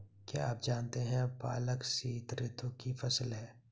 क्या आप जानते है पालक शीतऋतु की फसल है?